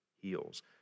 heals